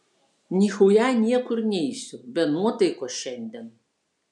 nichuja niekur neisiu be nuotaikos šiandien